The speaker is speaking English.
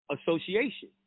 association